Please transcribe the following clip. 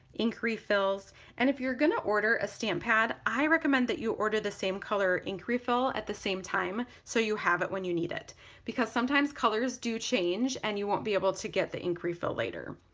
ink refills and if you're gonna order a stamp pad i recommend that you order the same color ink refill at the same time so you have it when you need it because sometimes colors do change and you won't be able to get the ink refill later.